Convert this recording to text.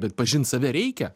pat pažint save reikia